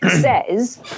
says